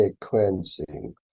cleansing